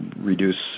reduce